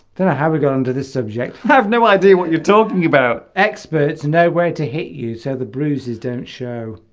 then i haven't gone under this subject i have no idea what you're talking about experts know where to hit you so the bruises don't show